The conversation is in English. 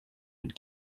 had